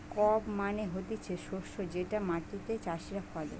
crop মানে হতিছে শস্য যেটা মাটিতে চাষীরা ফলে